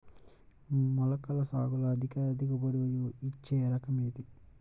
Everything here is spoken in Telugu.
మొలకల సాగులో అధిక దిగుబడి ఇచ్చే రకం ఏది?